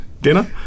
dinner